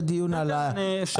יהיה דיון על ההתייקרות,